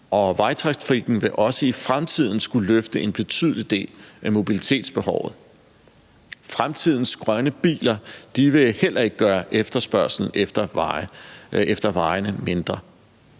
vejtrafikken vil også i fremtiden skulle løfte en betydelig del af mobilitetsbehovet. Fremtidens grønne biler vil heller ikke gøre efterspørgslen efter vejene mindre.